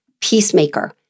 peacemaker